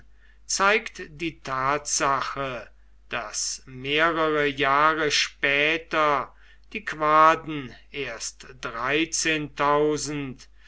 zeigt die tatsache daß mehrere jahre später die quaden erst